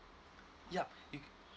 yup you